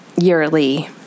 yearly